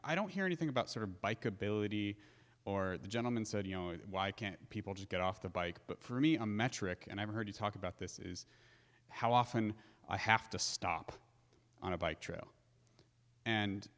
i don't hear anything about sort of bike ability or the gentleman said you know why can't people just get off the bike but for me a metric and i've heard you talk about this is how often i have to stop on a bike trail and